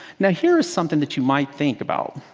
now here is something that you might think about.